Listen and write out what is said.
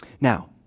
Now